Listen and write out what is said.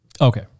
Okay